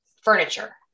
furniture